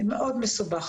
זה מאוד מסובך.